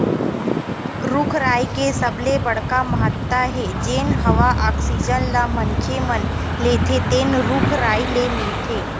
रूख राई के सबले बड़का महत्ता हे जेन हवा आक्सीजन ल मनखे मन लेथे तेन रूख राई ले मिलथे